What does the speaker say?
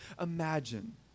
imagine